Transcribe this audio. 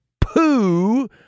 poo